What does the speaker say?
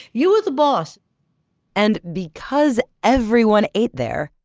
you were the boss and because everyone ate there,